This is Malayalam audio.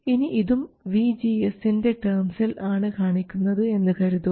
ഇനി ഇതും vGS ൻറെ ടേംസിൽ ആണ് കാണിക്കുന്നത് എന്ന് കരുതുക